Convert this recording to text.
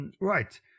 Right